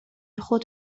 خود